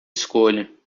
escolha